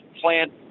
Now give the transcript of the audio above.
plant